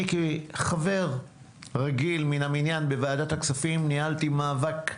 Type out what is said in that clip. אני כחבר רגיל מן המניין בוועדת הכספים ניהלתי מאבק אדירים.